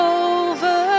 over